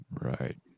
right